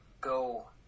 go